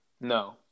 No